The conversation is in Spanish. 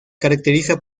caracteriza